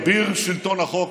אביר שלטון החוק,